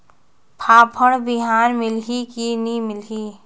फाफण बिहान मिलही की नी मिलही?